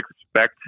expect